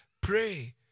pray